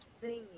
Singing